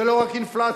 זה לא רק אינפלציה,